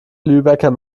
lübecker